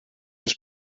els